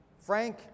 Frank